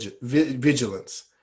vigilance